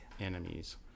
enemies